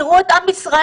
תראו את עם ישראל,